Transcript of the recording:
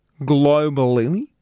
globally